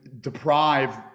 deprive